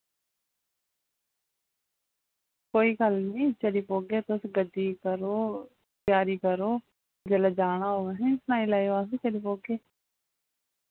कोई गल्ल निं चली पौगे तुस गड्डी करो तेयारी करो जिल्लै जाना होग असें सनाई लैयो अस बी चली पौगे